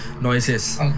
noises